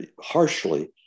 harshly